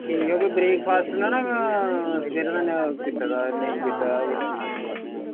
ठीक ऐ भी ब्रेकफॉस्ट नना सबेरे दा कीते दा नेईं जां